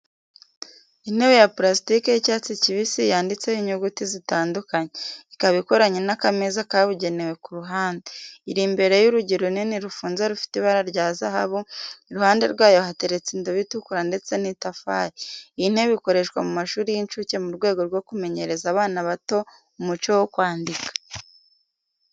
Intebe ya pulasitike y’icyatsi kibisi yanditseho inyuguti zitandukanye, ikaba ikoranye n’akameza kabugenewe ku ruhande. Iri imbere y’urugi runini rufunze rufite ibara rya zahabu, iruhande rwayo hateretse indobo itukura ndetse n'itafari. Iyi ntebe ikoreshwa mu mashuri y'incuke mu rwego rwo kumenyereza abana bato umuco wo kwandika.